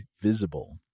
Visible